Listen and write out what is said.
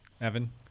evan